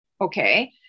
okay